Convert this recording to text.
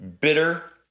bitter